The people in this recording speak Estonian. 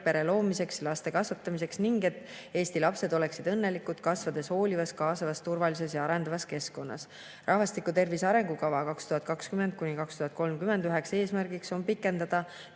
pere loomiseks ja laste kasvatamiseks ning et Eesti lapsed oleksid õnnelikud, kasvades hoolivas, kaasavas, turvalises ja arendavas keskkonnas. Rahvastikutervise arengukava 2020–2030 üks eesmärk on pikendada